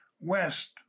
West